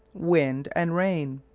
wind, and rain.